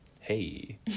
hey